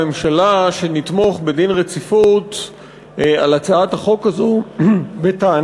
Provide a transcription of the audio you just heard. הממשלה מבקשת שנתמוך בהחלת דין רציפות על הצעת החוק הזאת בטענה